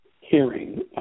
hearing